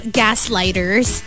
gaslighters